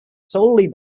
solely